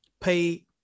pay